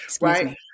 right